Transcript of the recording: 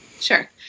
Sure